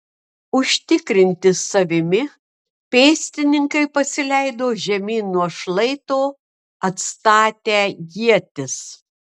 užtikrinti savimi pėstininkai pasileido žemyn nuo šlaito atstatę ietis